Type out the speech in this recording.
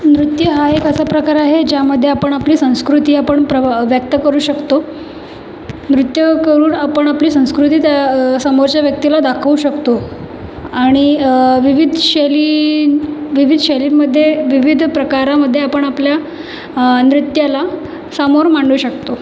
नृत्य हा एक असा प्रकार आहे ज्यामध्ये आपण आपली संस्कृती आपण प्र व्यक्त करू शकतो नृत्य करून आपण आपली संस्कृती त्या समोरच्या व्यक्तीला दाखवू शकतो आणि विविध शैलीं विविध शैलींमध्ये विविध प्रकारामध्ये आपण आपल्या नृत्याला समोर मांडू शकतो